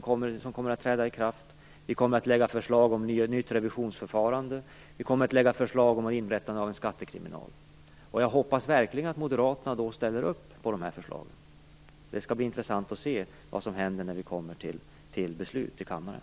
Vi kommer att lägga fram förslag om ett nytt revisionsförfarande och inrättandet av en skattekriminal. Jag hoppas verkligen att moderaterna ställer upp på detta förslag. Det skall bli intressant att se vad som händer när det blir dags att fatta beslut i kammaren.